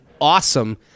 awesome